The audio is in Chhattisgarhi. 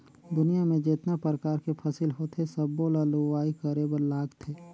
दुनियां में जेतना परकार के फसिल होथे सबो ल लूवाई करे बर लागथे